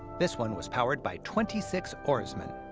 this one was powered by twenty six oarsmen.